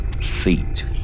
Feet